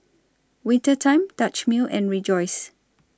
Winter Time Dutch Mill and Rejoice